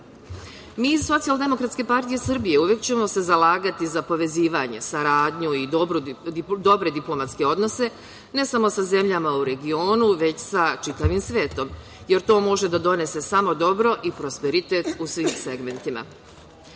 iz Socijaldemokratske partije Srbije uvek ćemo se zalagati za povezivanje, saradnju i dobre diplomatske odnose ne samo sa zemljama u regionu, već sa čitavim svetom, jer to može da donese samo dobro i prosperitet u svim segmentima. Što